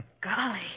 Golly